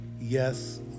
Yes